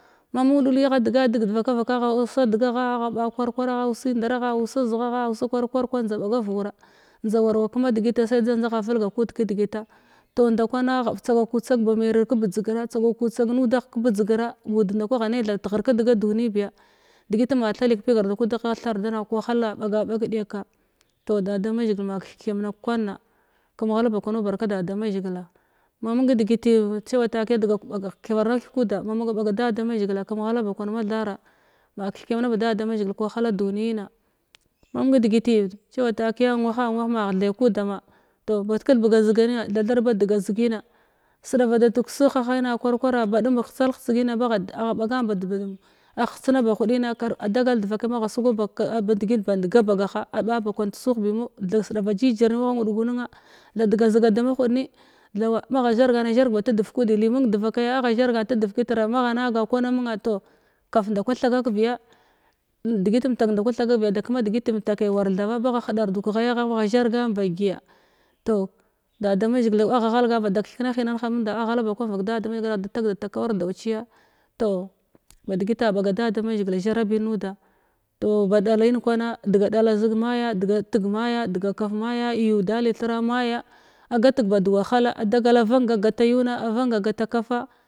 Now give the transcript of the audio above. Ma mung ɗuli agha digadig di vaka vakagha awusa dagagha agha b kwar kwaragha a wusin daragha a wusa zighagha awuda kwar kwar kwan ndza bagar wura ndza war wa kuma digita sai ndzagha vilga kud kiigit toh nda kwana ah tsaga ku tsag ba meviv kəbadzgira tsaga ku nudagh kəbədzgira bud nda kwagha than tighr kidiga dunibiya digit ma thali kapl garda kudagha wahalla baga bag ɗekka toh da damazhigila ma kithkiyamna ma barka da da mazhigila ma mung digiti cewa takiya kitha marna kithig kuda mamung wa ɓaga da damazhigila kəm ghala bakwan mathara ma kithkiyam na ba da mazhigil kəwahala duniyina ma mung digiti cewa nwaha nwah ma thei kuda ma to thathod ba diga zigina sidava ᴅᴀ ᴜᴋ ꜱᴜʜᴀʜɪɴᴀ ᴋᴡᴀ-ᴋᴡᴀʀᴀ ʙᴀᴅᴜᴍ ʙᴀ ʜᴇᴛꜱᴀʟʜᴇᴛꜱɢɪɴᴀ ʙᴀɢʜᴀ bagan ba din ahtsina ba gha bagan da din ahtsina ba hudina kar adagal vivakai magha sugwa digit band gab agha aɓa bakwana tisuh bimo tha sidava jijir ni wa nwuɗgu nenna tha diga ziga dama hud ni thwa magha zhar yana a zharg ba tədav kudi li mung divakaya agha zhargan tidiv kitra magha na gan kwana munna toh kaf nda kwa thakakbiya digr mntak ma thakakbiya da kema digit mmtake war thaɓa bagha hidardu kəghayagha bagha zhargha bagyiyia toh da damazhigil thab agha ghalgan ba da thekan hinan ha muda aghala ba kwa bak da da mazhigil atag da tag kawar dauciya toh ba digita a ɓaga da damazhigila zhara diga dala zig maya diga tig maya diga kaf maya yu dali thira maya agatg bad wahala a dagala a vanga agata yuna avanga agata kafa.